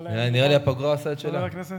נראה לי שהפגרה עושה את שלה.